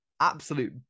absolute